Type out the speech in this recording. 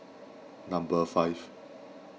number five